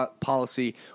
policy